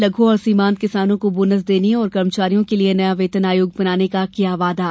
लघु और सीमान्त किसानों को बोनस देने और कर्मचारियों के लिए नया वेतन आयोग बनाने का किया वादा